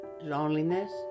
loneliness